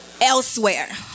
elsewhere